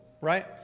right